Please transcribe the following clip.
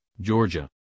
Georgia